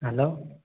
hello